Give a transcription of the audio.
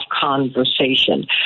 conversation